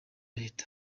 leta